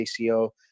ACO